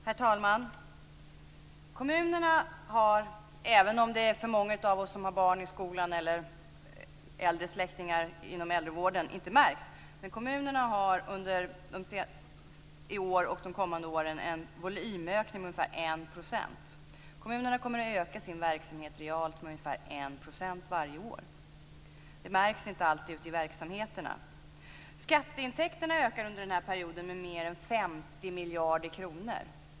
Herr talman! Kommunerna har i år och de kommande åren en volymökning med ungefär 1 %, även om det för många av oss som har barn i skolan eller äldre släktingar inom äldrevården inte märks. Kommunerna kommer att öka sin verksamhet realt med ungefär 1 % varje år. Det märks inte alltid ute i verksamheterna. Skatteintäkterna ökar under den här perioden med mer än 50 miljarder kronor.